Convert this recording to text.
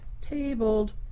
tabled